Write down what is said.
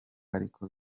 ariko